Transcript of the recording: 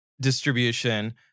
distribution